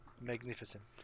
magnificent